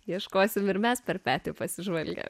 ieškosime ir mes per petį pasižvalgę